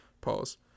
Pause